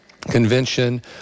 Convention